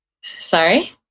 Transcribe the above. Sorry